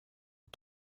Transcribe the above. два